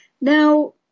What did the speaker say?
Now